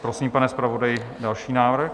Prosím, pane zpravodaji, další návrh.